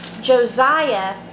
Josiah